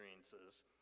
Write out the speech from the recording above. experiences